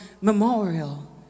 memorial